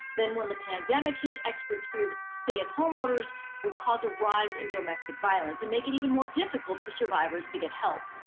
then when the pandemic hit, experts feared stay-at-home orders would cause a rise in domestic violence and make it even more difficult for survivors to get help.